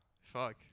Fuck